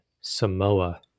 Samoa